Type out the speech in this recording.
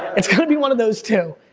it's gonna be one of those two.